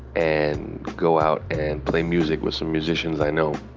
and go out and play music with some musicians i know.